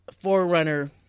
Forerunner